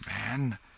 man